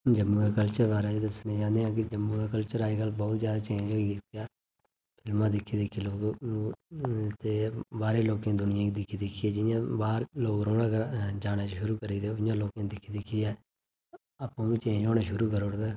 जम्मू दे कल्चर बारे च दस्सना चाह्न्ने आं कि जम्मू दा कल्चर अज्ज कल बौह्त जादा चेंज होई गेदा फिल्मां दिक्खी दिक्खी लोग ते बाह्रे दे लोकें दुनियां गी दिक्खी दिक्खी लोग जियां बाह्र लोग रौहना जाना लोग शूरू करी दे उ'यां लोकें आपूं बी चेंज होना शुरू करी ओड़े दा